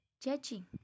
judging